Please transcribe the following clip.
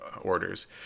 orders